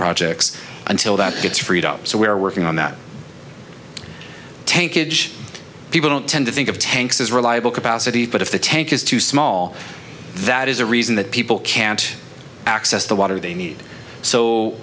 projects until that gets freed up so we're working on that tank in people don't tend to think of tanks as reliable capacity but if the tank is too small that is a reason that people can't access the water they need so